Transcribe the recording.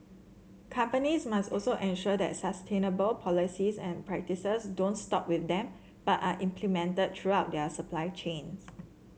companies must also ensure that sustainable policies and practices don't stop with them but are implemented throughout their supply chains